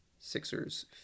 Sixers